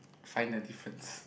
find the difference